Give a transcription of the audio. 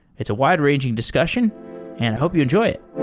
it's a wide-ranging discussion and i hope you enjoy it.